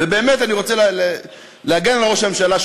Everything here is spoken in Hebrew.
ובאמת אני רוצה להגן על ראש הממשלה,